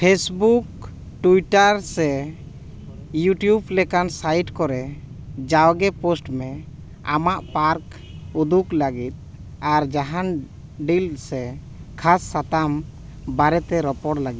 Facebook Twitter ᱥᱮ YouTube ᱞᱮᱠᱟᱱ site ᱠᱚᱨᱮ ᱡᱟᱣᱜᱮ ᱯᱳᱥᱴ ᱢᱮ ᱟᱢᱟᱜ ᱯᱟᱨᱠ ᱩᱫᱩᱜ ᱞᱟᱹᱜᱤᱫ ᱟᱨ ᱡᱟᱦᱟᱱ ᱰᱤᱞ ᱥᱮ ᱠᱷᱟᱥ ᱥᱟᱛᱟᱢ ᱵᱟᱨᱮᱛᱮ ᱨᱚᱯᱚᱲ ᱞᱟᱹᱜᱤᱫ